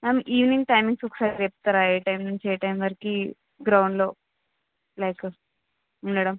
ma'am evening timings ఒకసారి చెప్తారా ఏ టైం నుంచి ఏ టైం వరకు గ్రౌండ్లో లైక్ ఉండడం